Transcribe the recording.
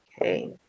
Okay